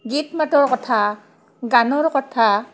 গীত মাতৰ কথা গানৰ কথা